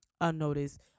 unnoticed